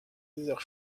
déserts